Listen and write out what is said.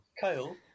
Kyle